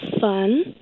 fun